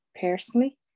personally